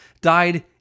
died